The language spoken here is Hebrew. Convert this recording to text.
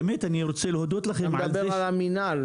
עידן,